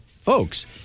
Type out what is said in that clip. folks